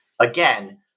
again